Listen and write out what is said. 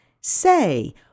Say